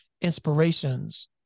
inspirations